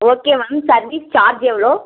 okay ma'am service charge எவ்வளோ